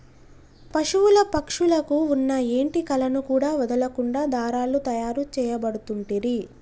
పశువుల పక్షుల కు వున్న ఏంటి కలను కూడా వదులకుండా దారాలు తాయారు చేయబడుతంటిరి